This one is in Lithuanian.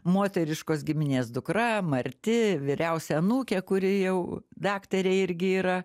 moteriškos giminės dukra marti vyriausia anūkė kuri jau daktarė irgi yra